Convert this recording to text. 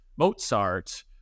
Mozart